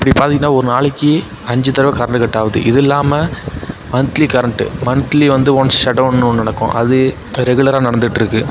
இப்படி பார்த்திங்ன்னா ஒரு நாளைக்கு அஞ்சு தடவை கரண்ட் கட் ஆகுது இது இல்லாமல் மன்த்லி கரண்ட் மன்த்லி வந்து ஒன்ஸ் ஷட்டவுன்னு ஒன்று நடக்கும் அது ரெகுலராக நடந்துட்டு இருக்குது